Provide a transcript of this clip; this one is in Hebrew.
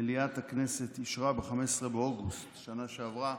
ומליאת הכנסת אישרה את זה ב-15 באוגוסט בשנה שעברה